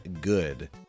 good